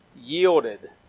yielded